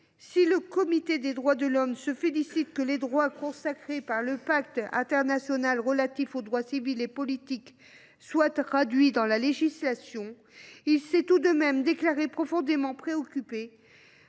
si le Comité des droits de l’homme se félicite que les droits consacrés par le Pacte international relatif aux droits civils et politiques soient traduits dans la législation, il s’est tout de même déclaré profondément préoccupé